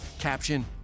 Caption